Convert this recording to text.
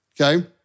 okay